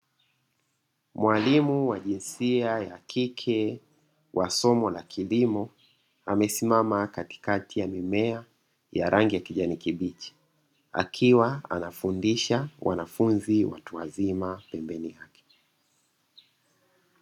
Mwalimu wa jinsia ya kike wa somo la kilimo amesimama katikati ya mimea ya rangi ya kijani kibichi, akiwa anafundisha wanafunzi watu wazima pembeni yake.